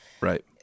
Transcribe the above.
right